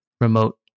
remote